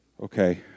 Okay